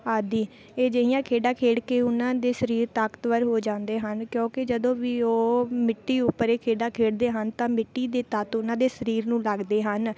ਆਦਿ ਅਜਿਹੀਆਂ ਖੇਡਾਂ ਖੇਡ ਕੇ ਉਹਨਾਂ ਦੇ ਸਰੀਰ ਤਾਕਤਵਰ ਹੋ ਜਾਂਦੇ ਹਨ ਕਿਉਂਕਿ ਜਦੋਂ ਵੀ ਉਹ ਮਿੱਟੀ ਉੱਪਰ ਇਹ ਖੇਡਾਂ ਖੇਡਦੇ ਹਨ ਤਾਂ ਮਿੱਟੀ ਦੇ ਤੱਤ ਉਹਨਾਂ ਦੇ ਸਰੀਰ ਨੂੰ ਲੱਗਦੇ ਹਨ